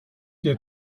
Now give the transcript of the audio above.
hier